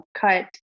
cut